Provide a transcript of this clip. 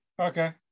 Okay